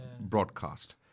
broadcast